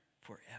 forever